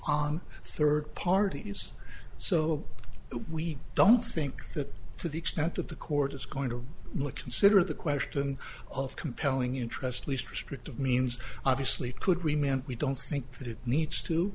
on third parties so we don't think that to the extent that the court is going to consider the question of compelling interest least restrictive means obviously could remember we don't think that it needs to